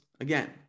again